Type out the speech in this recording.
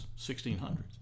1600s